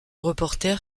reporter